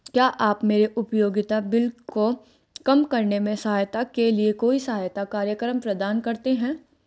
क्या आप मेरे उपयोगिता बिल को कम करने में सहायता के लिए कोई सहायता कार्यक्रम प्रदान करते हैं?